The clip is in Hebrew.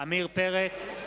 עמיר פרץ,